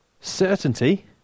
certainty